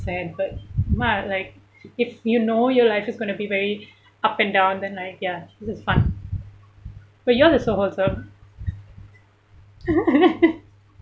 sad but might like if you know your life is going to be very up and down the like ya this is fun but yours is so awesome